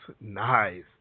nice